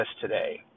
today